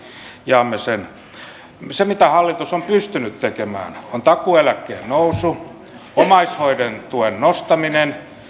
jaamme sen huolen se mitä hallitus on pystynyt tekemään on takuueläkkeen nousu omaishoidon tuen nostaminen